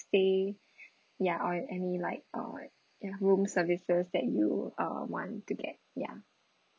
stay ya or any like uh ya room services that you uh want to get ya